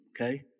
Okay